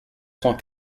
cent